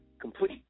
complete